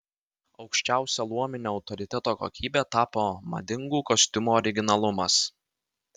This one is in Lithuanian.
aukščiausia luominio autoriteto kokybe tapo madingų kostiumų originalumas